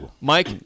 Mike